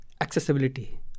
accessibility